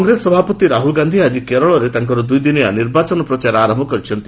କଂଗ୍ରେସ ସଭାପତି ରାହୁଲ ଗାନ୍ଧି ଆଜି କେରଳରେ ତାଙ୍କର ଦୁଇଦିନିଆ ନିର୍ବାଚନ ପ୍ରଚାର ଆରମ୍ଭ କରିଛନ୍ତି